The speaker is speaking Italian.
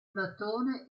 platone